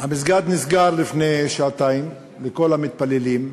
המסגד נסגר לפני שעתיים לכל המתפללים,